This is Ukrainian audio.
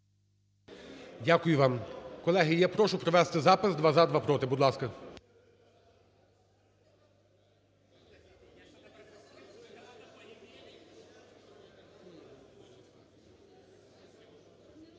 Дякую вам. Колеги, я прошу провести запис: два – за, два – проти. Будь ласка.